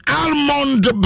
almond